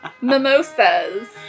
Mimosas